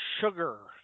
sugar